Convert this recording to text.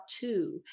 two